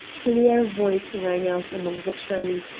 clear voice rang out among the trees,